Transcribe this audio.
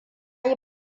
yi